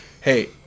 Hey